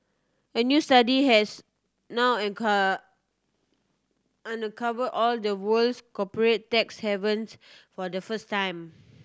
a new study has now uncover all the world's corporate tax havens for the first time